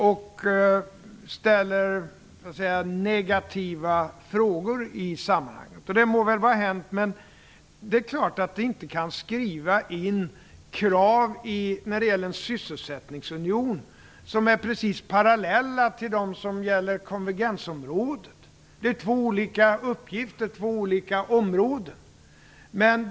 Det har ställts negativa frågor i sammanhanget, och det må väl vara hänt. Det är klart att man inte kan skriva in krav i fråga om en sysselsättningsunion som är precis parallella med kraven inom konvergensområdet. Det är två olika uppgifter och två olika områden.